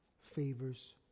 favors